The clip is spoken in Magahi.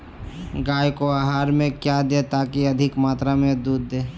गाय को आहार में क्या दे ताकि अधिक मात्रा मे दूध दे?